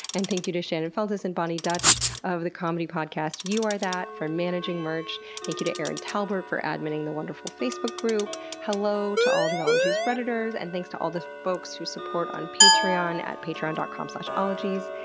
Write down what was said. and thank you to shannon feltus and boni dutch of the comedy podcast you are that for managing merch. thank you to erin talbert for adminning the wonderful facebook group. hello to all the ologies redditors, and thanks to all the folks who support on patreon dot com slash ologies.